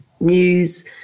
news